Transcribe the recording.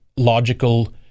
logical